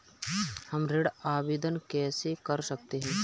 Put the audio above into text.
हम ऋण आवेदन कैसे कर सकते हैं?